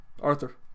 Arthur